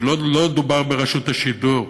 שאילו לא דובר ברשות השידור,